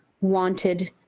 wanted